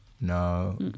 No